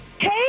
Hey